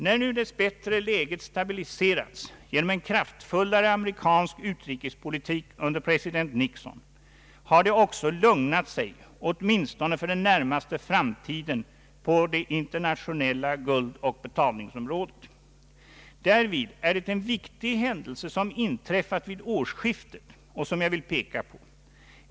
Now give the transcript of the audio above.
När nu läget dess bättre stabiliserats genom en kraftfullare amerikansk utrikespolitik under president Nixon har det också lugnat sig åtminstone för den närmaste framtiden på det internationella guldoch betalningsområdet. Därvid är det en viktig händelse som inträffat vid årsskiftet och som jag vill peka på.